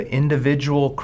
individual